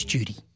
Judy